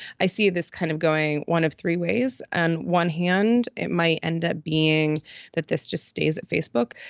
i see this kind of going. one of three ways. and one hand it might end up being that this just stays at facebook.